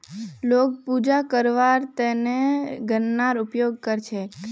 लोग पूजा करवार त न गननार उपयोग कर छेक